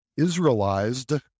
Israelized